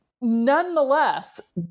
Nonetheless